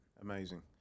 Amazing